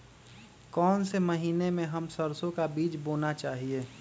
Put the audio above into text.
कौन से महीने में हम सरसो का बीज बोना चाहिए?